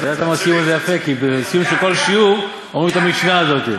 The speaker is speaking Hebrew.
כי בסיום של כל שיעור אומרים את המשנה הזאת.